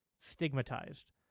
stigmatized